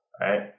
Right